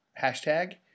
hashtag